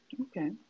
Okay